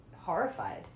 horrified